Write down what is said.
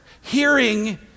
Hearing